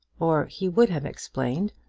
or he would have explained,